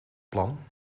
plan